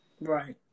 Right